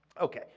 Okay